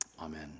Amen